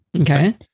Okay